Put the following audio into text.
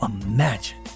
imagine